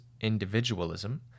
individualism